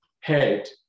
head